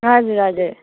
हजुर हजुर